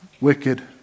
wicked